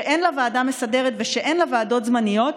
שאין לה ועדה מסדרת ושאין לה ועדות זמניות,